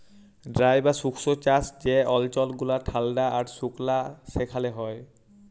dry বা শুস্ক চাষ যে অল্চল গুলা ঠাল্ডা আর সুকলা সেখালে হ্যয়